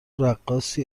رقاصی